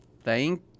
thank